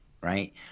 right